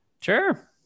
Sure